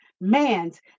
man's